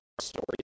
story